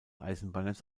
eisenbahnnetz